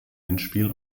endspiel